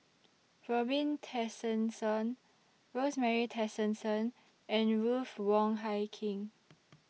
Robin Tessensohn Rosemary Tessensohn and Ruth Wong Hie King